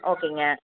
ஓகேங்க